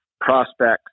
prospects